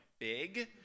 big